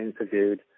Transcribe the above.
interviewed